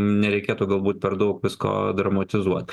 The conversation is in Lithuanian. nereikėtų galbūt per daug visko dramatizuoti